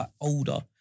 older